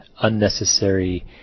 unnecessary